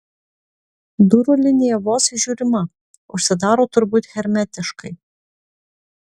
durų linija vos įžiūrima užsidaro turbūt hermetiškai